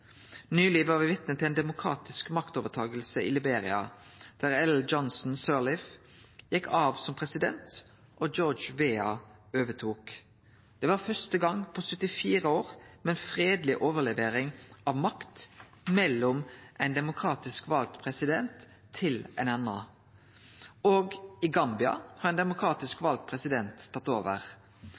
Nyleg blei me vitne til ei demokratisk maktovertaking i Liberia, der Ellen Johnson Sirleaf gjekk av som president og George Weah overtok. Det var første gong på 74 år dei hadde ei fredeleg overlevering av makt frå éin demokratisk vald president til ein annan. I Gambia har ein demokratisk vald president tatt over.